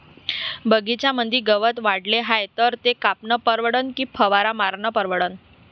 बगीच्यामंदी गवत वाढले हाये तर ते कापनं परवडन की फवारा मारनं परवडन?